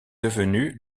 devenue